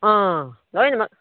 ꯎꯝ ꯂꯣꯏꯅꯃꯛ